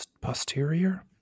posterior